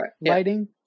lighting